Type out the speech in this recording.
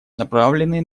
направленные